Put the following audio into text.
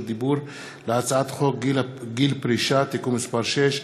דיבור להצעת חוק גיל פרישה (תיקון מס׳ 6),